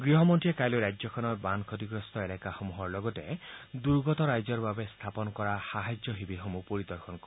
গৃহমন্ত্ৰীয়ে কাইলৈ ৰাজ্যখনৰ বান ক্ষতিগ্ৰস্ত এলেকাসমূহৰ লগতে দুৰ্গত ৰাইজৰ বাবে স্থাপন কৰা সাহাৰ্য শিবিৰসমূহ পৰিদৰ্শন কৰিব